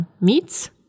meats